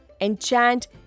enchant